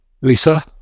Lisa